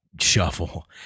shuffle